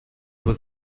was